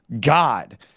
God